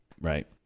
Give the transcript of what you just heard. right